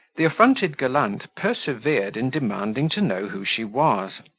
the affronted gallant persevered in demanding to know who she was,